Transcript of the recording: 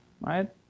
right